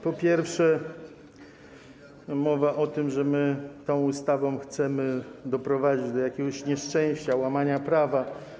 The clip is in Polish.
Po pierwsze, mowa o tym, że my tą ustawą chcemy doprowadzić do jakiegoś nieszczęścia, łamania prawa.